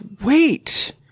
wait